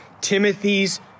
Timothy's